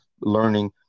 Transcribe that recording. learning